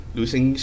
Losing